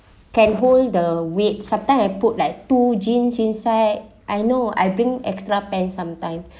can hold the weight sometime I put like two jean inside I know I bring extra pant sometime